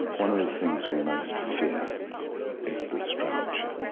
one of the things we most fear is the stranger.